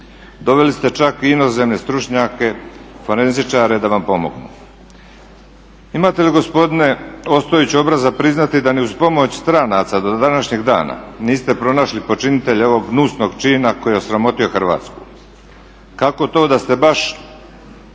Doveli ste čak i inozemne stručnjake, forenzičare da vam pomognu. Imate li gospodine Ostojiću obraza priznati da ni uz pomoć stranaca do današnjeg dana niste pronašli počinitelje ovog gnusnog čina koji je osramotio Hrvatsku? Kako to da ste baš